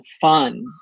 fun